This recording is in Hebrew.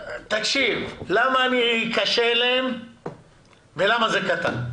למה אני קשה אליהם ולמה זה קטן.